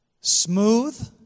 Smooth